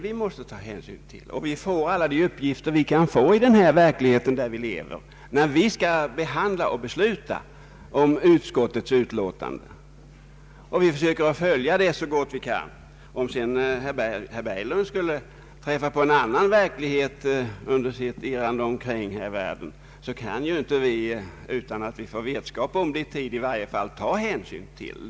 Vi får alla nödvändiga uppgifter i den verklighet där vi lever. Om herr Berglund skulle träffa på en annan verklighet under sitt kringirrande så kan vi inte ta hänsyn till det om vi inte får vetskap om det i tid.